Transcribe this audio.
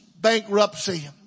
bankruptcy